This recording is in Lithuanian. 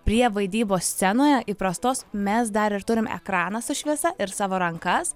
prie vaidybos scenoje įprastos mes dar ir turim ekraną su šviesa ir savo rankas